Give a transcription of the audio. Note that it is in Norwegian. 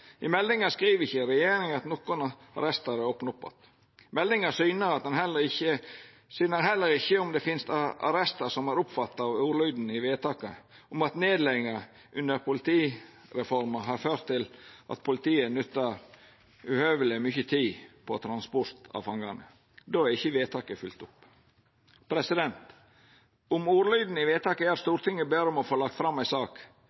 I meldinga skriv ikkje regjeringa at nokon arrestar er opna opp att. Meldinga syner heller ikkje om det finst arrestar som er omfatta av ordlyden i vedtaket, om at «nedleggelser under politireformen har ført til at politiet i dag bruker uforholdsmessig mye tid på transport av fanger». Då er ikkje vedtaket følgt opp. Om ordlyden i vedtaket er at Stortinget ber om å få lagt fram ei sak,